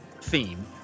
theme